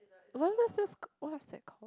what is this this what is that called